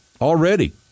already